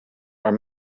are